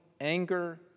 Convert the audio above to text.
anger